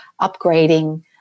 upgrading